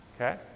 okay